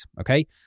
Okay